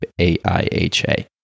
AIHA